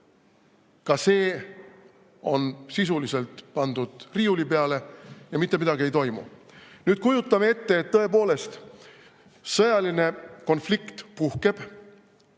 ka see on sisuliselt pandud riiuli peale ja mitte midagi ei toimu. Nüüd, kujutame ette, et tõepoolest sõjaline konflikt puhkeb.